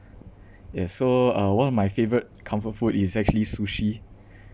ya so uh one of my favourite comfort food is actually sushi